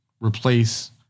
replace